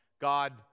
God